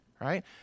right